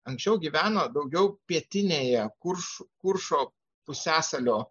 anksčiau gyveno daugiau pietinėje kuršo kuršo pusiasalio